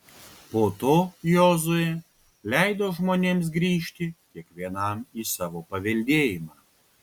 po to jozuė leido žmonėms grįžti kiekvienam į savo paveldėjimą